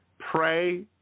Pray